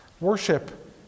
worship